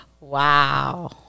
wow